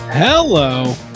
hello